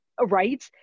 right